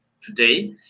today